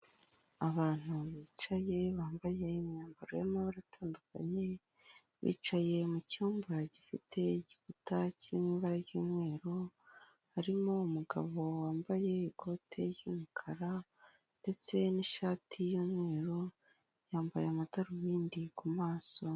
Abantu bicaye bambaye imyambaro y'amabara atandukanye, bicaye mucyumba gifite igikuta kirimo ibara ry'umweru, harimo umugabo wambaye ikote ry'umukara ndetse nshati y'umweru yambaye amadarubindi ku maso.